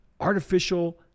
Artificial